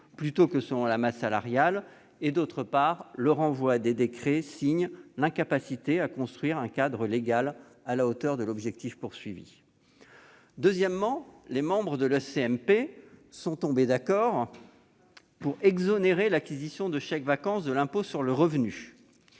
plutôt que selon la masse salariale. D'autre part, le renvoi à des décrets signe l'incapacité à construire un cadre légal à la hauteur de l'objectif initial. Deuxièmement, les membres de la commission mixte paritaire sont tombés d'accord pour exonérer l'acquisition de chèques-vacances de l'impôt sur le revenu.